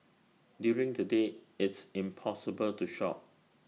during the day it's impossible to shop